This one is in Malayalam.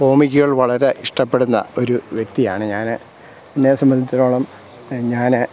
കോമിക്കുകൾ വളരെ ഇഷ്ട്ടപ്പെടുന്ന ഒരു വ്യക്തിയാണ് ഞാൻ എന്നെ സംബന്ധിച്ചിടത്തോളം ഞാൻ